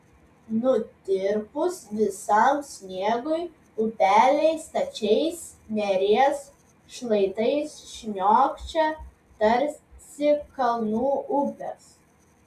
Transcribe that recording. nutirpus visam sniegui upeliai stačiais neries šlaitais šniokščia tarsi kalnų upės